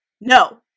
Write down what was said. no